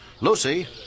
Lucy